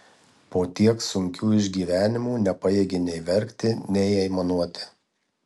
po tiek sunkių išgyvenimų nepajėgė nei verkti nei aimanuoti